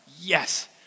Yes